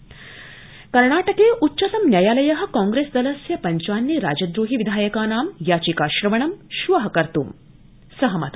उच्चतम न्यायालय कर्णाटके उच्चतम न्यायालय कांग्रेस लस्य पंचान्ये राजद्रोहि विधायकानां याचिका श्रवणं श्व कर्त् सहमत